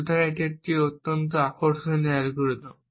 সুতরাং এটি একটি অত্যন্ত আকর্ষণীয় অ্যালগরিদম